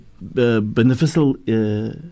beneficial